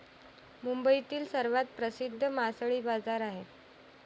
मुंबईतील सर्वात प्रसिद्ध मासळी बाजार आहे